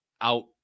out